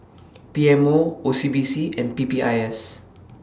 P M O O C B C and P P I S